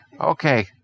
Okay